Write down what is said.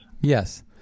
Yes